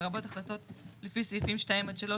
לרבות החלטות לפי סעיף 2 עד 3,